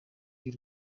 by’u